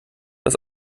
das